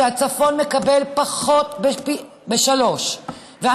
שהצפון מקבל פי שלושה פחות,